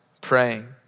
praying